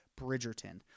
Bridgerton